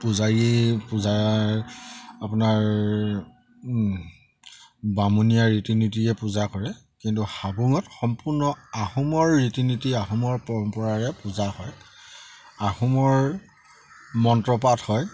পূজাৰী পূজাৰ আপোনাৰ বামুণীয়া ৰীতি নীতিৰে পূজা কৰে কিন্তু হাবুঙত সম্পূৰ্ণ আহোমৰ ৰীতি নীতি আহোমৰ পৰম্পৰাৰে পূজা হয় আহোমৰ মন্ত্ৰ পাঠ হয়